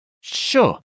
Sure